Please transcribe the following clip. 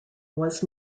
was